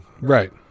Right